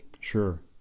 Sure